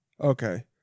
Okay